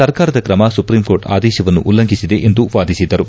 ಸರ್ಕಾರದ ಕ್ರಮ ಸುಪ್ರೀಂಕೋರ್ಟ್ ಅದೇಶವನ್ನು ಉಲ್ಲಂಘಿಸಿದೆ ಎಂದು ವಾದಿಸಿದ್ದರು